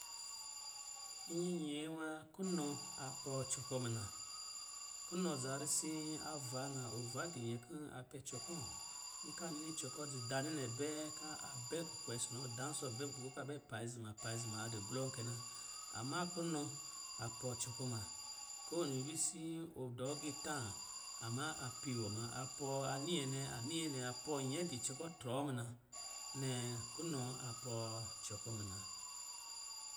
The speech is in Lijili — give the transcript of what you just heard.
Nyɛɛ nwa kunɔ a pɔ cɔ kɔ̂ muna. Kunɔ za risin a vaa na, ova di nyɛ kɔ̂ a pɛ co kɔ̌, nka nini cɔ kɔ̌ dzi daanɛ nɛ bɛɛ ka a bɛ kukwe nsɔ̂ nɔ dansɔ̂ pɛ nkpî kɔ̌ ka bɛ pa izuma pa izuma a dɔ glɔ kɛ na. Amma kunɔ, a pɔɔ cɔ kɔ̌ ma. Ko wini visii ɔ dɔ agitâ, amma a pii wɔ muna, a pɔɔ, a ni nyɛ nɛ a ni nyɛ nnɛ, a pɔɔ nyɛ di cɔ kɔ̌ trɔɔ muna, nnɛ, kunɔ a pɔɔ cɔ kɔ̌ muna.